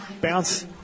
bounce